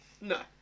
No